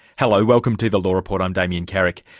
hello, welcome to the law report, i'm damien carrick.